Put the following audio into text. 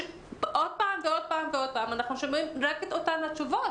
עוד פעם ועוד פעם ועוד פעם אנחנו שומעים רק את אותן התשובות,